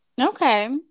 Okay